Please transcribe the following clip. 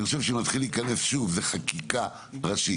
אני חושב שלהתחיל להיכנס שוב זה חקיקה ראשית,